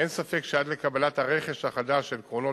אין ספק שעד לקבלת הרכש החדש של קרונות